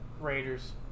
Raiders